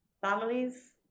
families